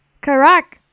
correct